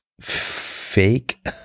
fake